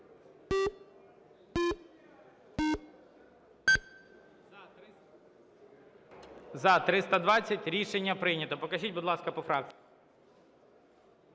За-320 Рішення прийнято. Покажіть, будь ласка, по фракціях.